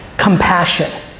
Compassion